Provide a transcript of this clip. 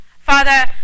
Father